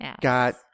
got